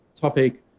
topic